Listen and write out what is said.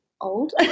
old